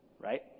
right